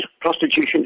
prostitution